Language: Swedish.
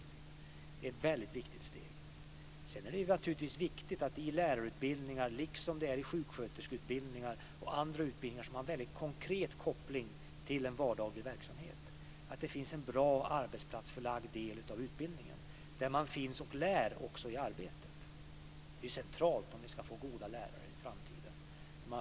Det är ett väldigt viktigt steg. Sedan är det naturligtvis viktigt att det i lärarutbildningar, liksom det är i sjuksköterskeutbildningar och andra utbildningar som ha väldigt konkret koppling till en vardaglig verksamhet, finns en bra arbetsplatsförlagd del, där man finns och lär också i arbetet. Det är centralt om vi ska få goda lärare i framtiden.